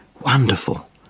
wonderful